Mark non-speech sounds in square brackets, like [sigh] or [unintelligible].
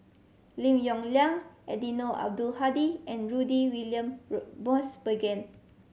Lim Yong Liang Eddino Abdul Hadi and Rudy William [unintelligible] Mosbergen